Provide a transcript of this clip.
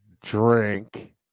drink